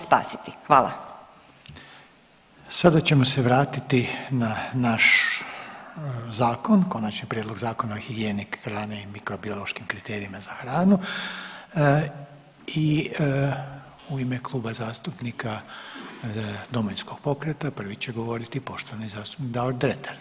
Sada ćemo se vratiti na naš zakon, Konačni prijedlog Zakona o higijeni hrane i mikrobiološkim kriterijima za hranu i u ime Kluba zastupnika Domovinskog pokreta prvi će govoriti poštovani zastupnik Davor Dretar.